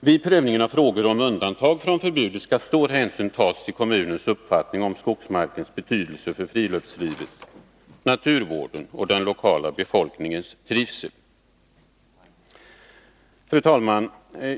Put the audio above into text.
Vid prövningen av frågor om undantag från förbudet skall stor hänsyn tas till kommunens uppfattning om skogsmarkens betydelse för friluftslivet, naturvården och den lokala befolkningens trivsel. Fru talman!